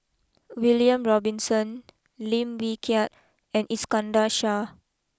William Robinson Lim Wee Kiak and Iskandar Shah